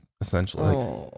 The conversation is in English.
essentially